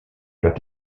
doit